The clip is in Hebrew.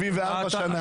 74 שנה?